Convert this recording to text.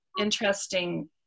interesting